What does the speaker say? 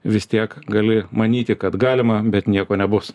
vis tiek gali manyti kad galima bet nieko nebus